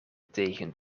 tegen